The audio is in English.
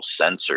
sensors